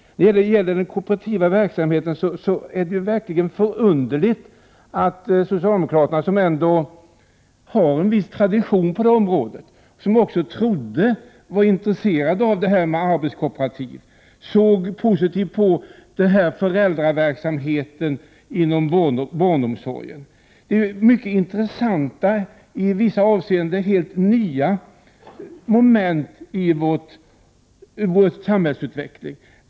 När det gäller den kooperativa verksamheten är socialdemokraternas inställning verkligen förunderlig. De har ju ändå en viss tradition på området. Vi trodde också de var intresserade av detta med arbetskooperativ och att de såg positivt på föräldraverksamheten inom barnomsorgen. Detta är mycket intressanta och i vissa avseenden helt nya moment i vår samhällsutveckling.